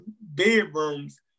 bedrooms